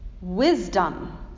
wisdom